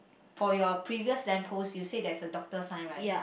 for your previous lamp post you said that's a doctor sign right